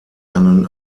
einen